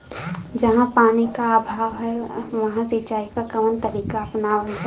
जहाँ पानी क अभाव ह वहां सिंचाई क कवन तरीका अपनावल जा?